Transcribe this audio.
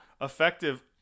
Effective